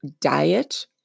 diet